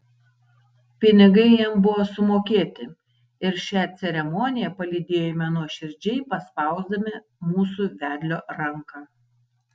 pinigai jam buvo sumokėti ir šią ceremoniją palydėjome nuoširdžiai paspausdami mūsų vedlio ranką